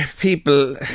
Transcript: people